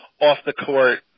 off-the-court